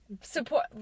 support